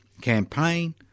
campaign